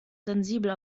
sensibel